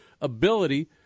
ability